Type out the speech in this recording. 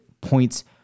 points